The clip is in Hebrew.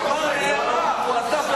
אתה אומר את הדברים.